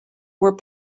were